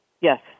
Yes